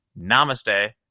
namaste